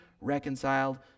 reconciled